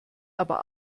aber